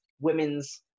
women's